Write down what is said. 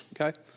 Okay